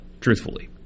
truthfully